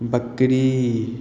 बकरी